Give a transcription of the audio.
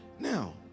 Now